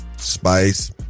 Spice